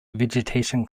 vegetation